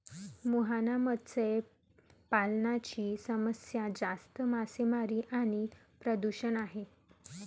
मुहाना मत्स्य पालनाची समस्या जास्त मासेमारी आणि प्रदूषण आहे